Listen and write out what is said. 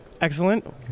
Excellent